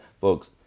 folks